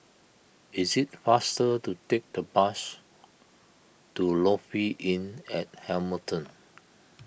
it is faster to take the bus to Lofi Inn at Hamilton